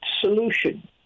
solution